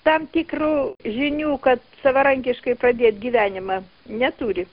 tam tikrų žinių kad savarankiškai pradėt gyvenimą neturi